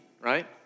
right